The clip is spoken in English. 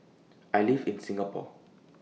I live in Singapore